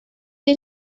did